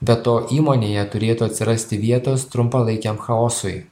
be to įmonėje turėtų atsirasti vietos trumpalaikiam chaosui